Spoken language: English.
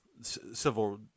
civil